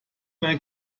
mein